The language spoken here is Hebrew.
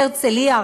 בהרצליה,